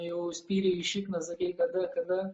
jau spyrei į šikną sakei kada kada